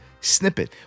snippet